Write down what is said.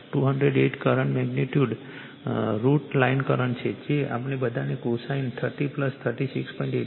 તેથી P1 208 current magnitude √ line current છે જે આપણને બધા કોસાઇન 30 36